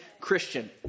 Christian